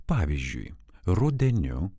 pavyzdžiui rudeniu